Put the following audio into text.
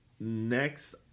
Next